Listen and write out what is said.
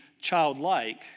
childlike